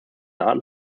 arten